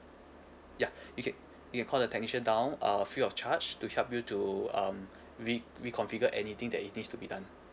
ya you ca~ you can call the technician down uh free of charge to help you to um re~ reconfigure anything that it needs to be done